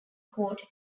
court